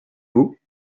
vous